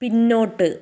പിന്നോട്ട്